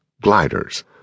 gliders